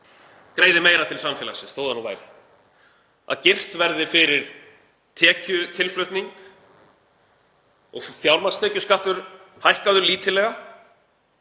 greiði meira til samfélagsins, þó það nú væri. Girt verði fyrir tekjutilflutning og fjármagnstekjuskattur hækkaður lítillega